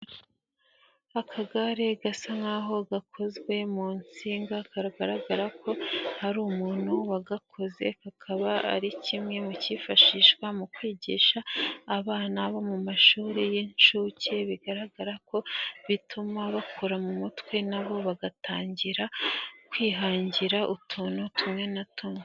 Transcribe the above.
ZAkagare gasa nk'aho gakozwe mu nsinga, kagaragara ko ari umuntu wagakoze, kakaba ari kimwe mu cyifashishwa mu kwigisha abana bo mu mashuri y'inshuke, bigaragara ko bituma bakura mu mutwe nabo bagatangira kwihangira utuntu tumwe na tumwe.